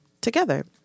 together